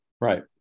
Right